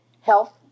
Health